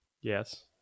Yes